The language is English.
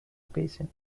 basin